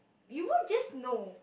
you will just know